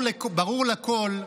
מה הבעיה?